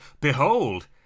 behold